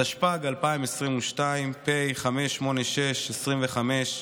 התשפ"ג 2022, פ/586/25,